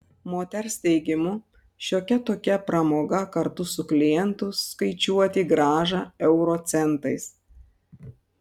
moters teigimu šiokia tokia pramoga kartu su klientu skaičiuoti grąžą euro centais